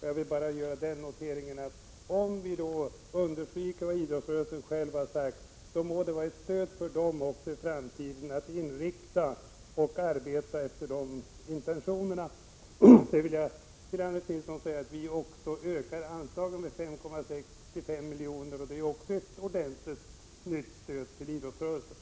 Jag vill bara göra den noteringen att om vi understryker vad idrottsrörelsen själv har sagt, må det vara ett stöd för idrottsrörelsen när den skall arbeta efter de intentionerna. Sedan vill jag också säga att vi ökar anslaget med 5,65 miljoner, och det är ett väsentligt förbättrat stöd till idrottsrörelsen.